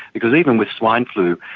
because even with swine flu,